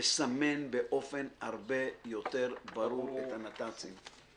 לסמן באופן הרבה יותר ברור את הנת"צים.